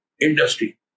industry